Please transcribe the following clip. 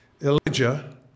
Elijah